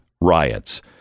riots